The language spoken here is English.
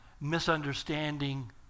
misunderstanding